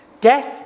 Death